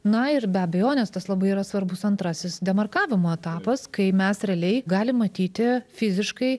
na ir be abejonės tas labai yra svarbus antrasis demarkavimo etapas kai mes realiai galim matyti fiziškai